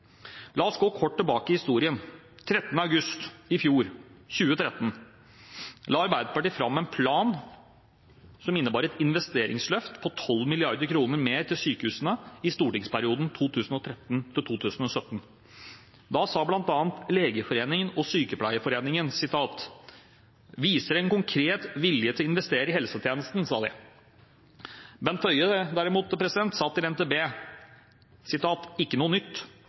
La oss gå kort tilbake i historien. 13. august 2013 la Arbeiderpartiet fram en plan som innebar et investeringsløft på 12 mrd. kr mer til sykehusene i stortingsperioden 2013–2017. Da sa bl.a. Legeforeningen og Sykepleierforbundet: «Dette viser en konkret vilje til å investere i helsetjenesten.» Bent Høie sa derimot til NTB: «Det er ikke noe nytt